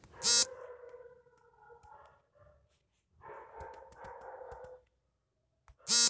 ಪೆಪಾರ ಲೆಸ್ ಔಷಧಿ, ಜೀರಳ, ಮಿಡತೆ ಗಳನ್ನು ಕೊಲ್ಲು ಬಳಸುವ ಒಂದು ಕೀಟೌಷದ